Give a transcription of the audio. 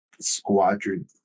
Squadron